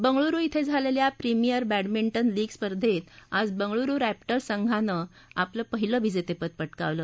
बंगळुरु क्रें झालेल्या premier badminton league स्पर्धेत काल बंगळूरु रॅप्टर्स संघानं आपलं पहिलं विजेतेपद पटकावलं